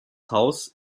haus